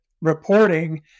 reporting